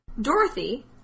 Dorothy